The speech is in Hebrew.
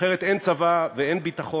אחרת אין צבא, ואין ביטחון,